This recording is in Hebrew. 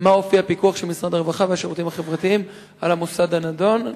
מה אופי הפיקוח של משרד הרווחה והשירותים החברתיים על המוסד הנדון?